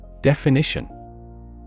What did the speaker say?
Definition